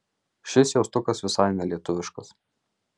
šis jaustukas visai nelietuviškas